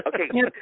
Okay